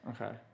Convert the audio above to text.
Okay